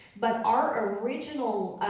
but our original,